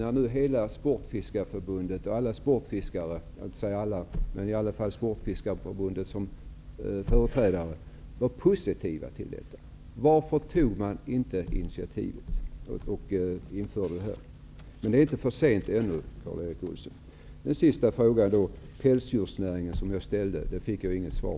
När Sportfiskareförbundet var positivt till en fiskevårdsavgift, förstår jag inte varför man inte tog initiativ till en sådan avgift. Det är emellertid ännu inte för sent, Karl-Erik Olsson. På den fråga jag ställde om pälsdjursnäringen fick jag inget svar.